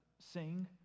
sing